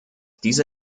diese